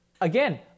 Again